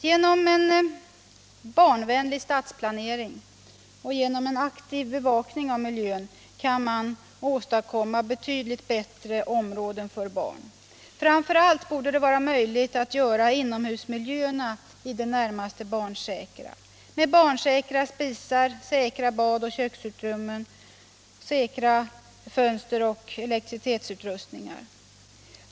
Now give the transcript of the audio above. Genom en barnvänlig stadsplanering och genom en aktiv bevakning av miljön kan man åstadkomma betydligt bättre områden för barn. Framför allt borde det vara möjligt att göra inomhusmiljöerna i det närmaste barnsäkra — med barnsäkra spisar, säkra badoch köksutrymmen, säkra fönster och elektricitetsutrustningar.